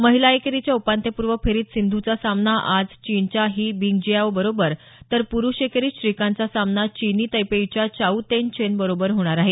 महिला एकेरीच्या उपान्त्यपूर्व फेरीत सिंध्चा सामना आज चीनच्या ही बिंगजियाओ बरोबर तर पुरुष एकेरीत श्रीकांतचा सामना चीनी तैपेईच्या चाऊ तेन चेन बरोबर होणार आहे